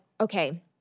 okay